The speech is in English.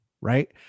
Right